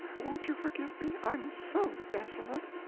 won't you forgive me i am so desolate!